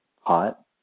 hot